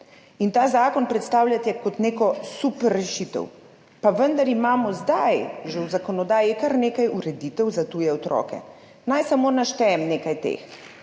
In ta zakon predstavljate kot neko super rešitev, pa vendar imamo zdaj že v zakonodaji kar nekaj ureditev za tuje otroke. Naj samo naštejem nekaj teh.